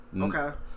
Okay